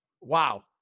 wow